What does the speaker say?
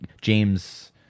James